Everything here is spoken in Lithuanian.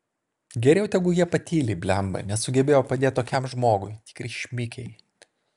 geriau tegu jie patyli blemba nesugebejo padėt tokiam žmogui tikri šmikiai